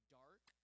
dark